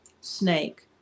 snake